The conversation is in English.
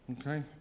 okay